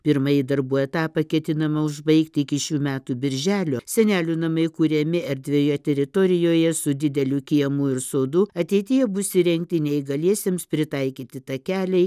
pirmąjį darbų etapą ketinama užbaigti iki šių metų birželio senelių namai kuriami erdvioje teritorijoje su dideliu kiemu ir sodu ateityje bus įrengti neįgaliesiems pritaikyti takeliai